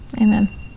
amen